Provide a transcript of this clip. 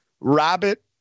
Rabbit